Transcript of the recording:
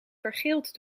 vergeeld